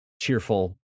cheerful